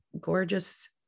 gorgeous